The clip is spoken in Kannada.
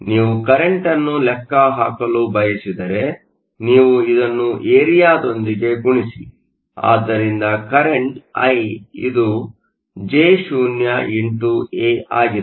ನೀವು ಕರೆಂಟ್ ಅನ್ನು ಲೆಕ್ಕಹಾಕಲು ಬಯಸಿದರೆ ನೀವು ಇದನ್ನು ಏರಿಯಾದೊಂದಿಗೆ ಗುಣಿಸಿ ಆದ್ದರಿಂದ ಕರೆಂಟ್ ಐ ಇದು Jo x A ಆಗಿದೆ